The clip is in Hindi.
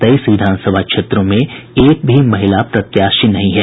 तेईस विधानसभा क्षेत्रों में एक भी महिला प्रत्याशी नहीं है